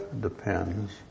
depends